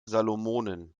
salomonen